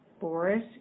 Boris